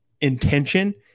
intention